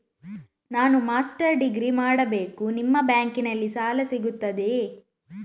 ನಾನು master degree ಮಾಡಬೇಕು, ನಿಮ್ಮ ಬ್ಯಾಂಕಲ್ಲಿ ಸಾಲ ಸಿಗುತ್ತದೆಯೇ?